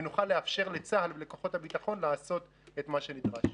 ונוכל לאפשר לצה"ל ולכוחות הביטחון לעשות את מה שנדרש.